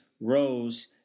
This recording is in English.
Rose